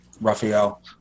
Rafael